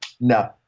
No